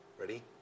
Ready